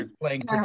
playing